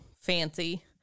fancy